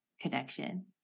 connection